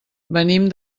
venim